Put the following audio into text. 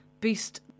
boost